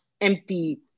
empty